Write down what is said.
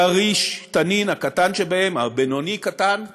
"כריש-תנין", הבינוני-קטן שבהם,